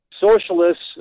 socialists